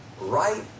right